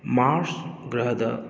March ꯒ꯭ꯔꯍꯗ